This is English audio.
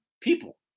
people